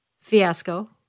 fiasco